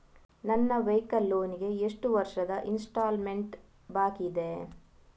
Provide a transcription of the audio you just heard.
ನನ್ನ vehicle loan ಗೆ ಎಷ್ಟು ವರ್ಷದ ಇನ್ಸ್ಟಾಲ್ಮೆಂಟ್ ಬಾಕಿ ಇದೆ?